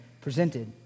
presented